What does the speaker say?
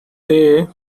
day